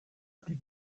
plus